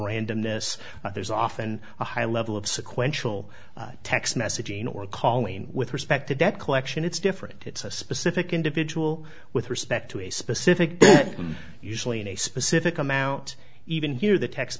randomness there's often a high level of sequential text messaging or calling with respect to that collection it's different it's a specific individual with respect to a specific usually in a specific amount even here the text